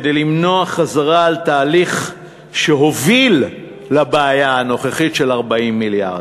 כדי למנוע חזרה על תהליך שהוביל לבעיה הנוכחית של 40 מיליארד,